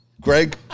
Greg